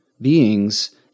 beings